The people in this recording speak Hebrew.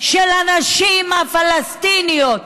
של הנשים הפלסטיניות,